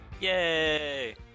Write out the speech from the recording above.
Yay